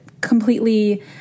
completely